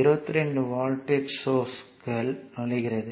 22 voltage சோர்ஸ்க்குள் நுழைகிறது